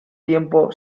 tiempo